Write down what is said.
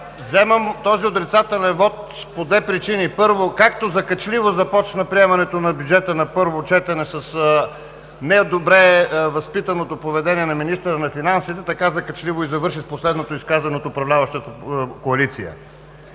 Вземам този отрицателен вот по две причини. Първо, както закачливо започна приемането на бюджета на първо четене с не добре възпитаното поведение на министъра на финансите, така закачливо и завърши с последното изказано от управляващата коалиция.